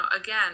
again